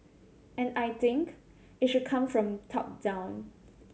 and I think it should come from top down